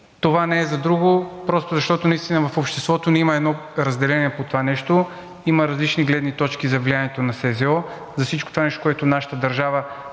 Това не е за друго, а просто защото наистина в обществото ни има едно разделение по това нещо, има различни гледни точки за влиянието на СЗО, за всичко това нещо, което нашата държава